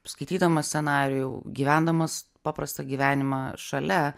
skaitydama scenarijų gyvendama paprastą gyvenimą šalia